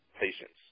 patients